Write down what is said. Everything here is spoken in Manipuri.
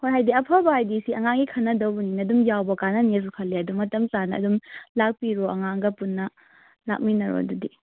ꯍꯣꯏ ꯍꯥꯏꯗꯤ ꯑꯐꯕ ꯍꯥꯏꯗꯤ ꯑꯁꯤ ꯑꯉꯥꯡꯒꯤ ꯈꯟꯅꯒꯗꯕꯅꯤꯅ ꯑꯗꯨꯝ ꯌꯥꯎꯕ ꯀꯥꯟꯅꯒꯅꯤ ꯍꯥꯏꯅꯁꯨ ꯈꯜꯂꯤ ꯑꯗꯨꯝ ꯃꯇꯝ ꯆꯥꯅ ꯑꯗꯨꯝ ꯂꯥꯛꯄꯤꯔꯣ ꯑꯉꯥꯡꯒ ꯄꯨꯟꯅ ꯂꯥꯛꯃꯤꯟꯅꯔꯣ ꯑꯗꯨꯗꯤ